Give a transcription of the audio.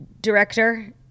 director